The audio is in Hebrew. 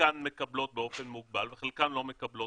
חלקן מקבלות באופן מוגבל וחלקן לא מקבלות